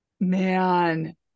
Man